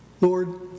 Lord